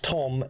Tom